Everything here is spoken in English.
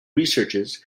researches